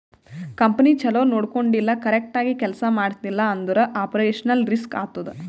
company ಛಲೋ ನೊಡ್ಕೊಂಡಿಲ್ಲ, correct ಆಗಿ ಕೆಲ್ಸಾ ಮಾಡ್ತಿಲ್ಲ ಅಂದುರ್ ಆಪರೇಷನಲ್ ರಿಸ್ಕ್ ಆತ್ತುದ್